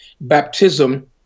baptism